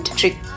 trick